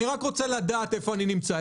אני רק רוצה לדעת איפה אני נמצא.